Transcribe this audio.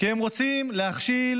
כי הם רוצים להכשיל